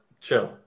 chill